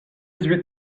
huit